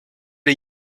les